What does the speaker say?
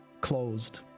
closed